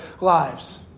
lives